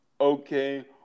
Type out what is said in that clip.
Okay